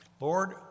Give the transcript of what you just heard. Lord